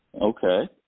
Okay